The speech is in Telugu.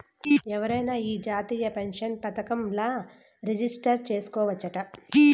ఎవరైనా ఈ జాతీయ పెన్సన్ పదకంల రిజిస్టర్ చేసుకోవచ్చట